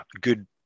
good